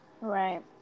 right